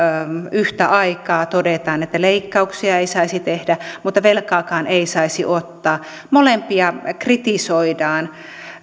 yhtä aikaa todetaan että leikkauksia ei saisi tehdä mutta velkaakaan ei saisi ottaa molempia kritisoidaan